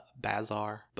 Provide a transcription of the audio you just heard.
Bazaar